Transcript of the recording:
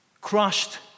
Crushed